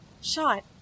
Shot